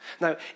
Now